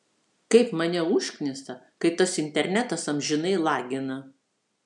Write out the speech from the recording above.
kaip mane užknisa kai tas internetas amžinai lagina